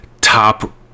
top